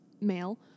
male